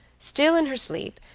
still in her sleep,